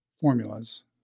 Formulas